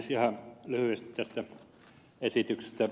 ihan lyhyesti tästä esityksestä